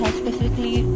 specifically